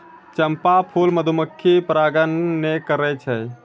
चंपा फूल मधुमक्खी परागण नै करै छै